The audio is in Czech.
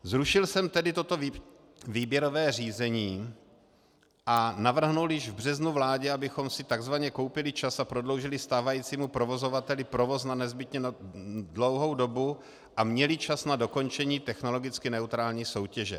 Zrušil jsem tedy toto výběrové řízení a navrhl již v březnu vládě, abychom si takzvaně koupili čas a prodloužili stávajícímu provozovateli provoz na nezbytně dlouhou dobu, a měli tak čas na dokončení technologicky neutrální soutěže.